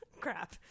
crap